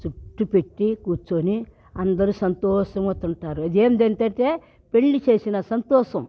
చుట్టు పెట్టి కూర్చోని అందరు సంతోసమవుతుంటారు ఏందేటంటే పెళ్లి చేసిన సంతోసం